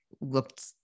looked